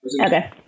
Okay